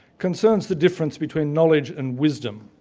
concerns the difference between knowledge and wisdom,